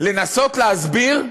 לנסות להסביר,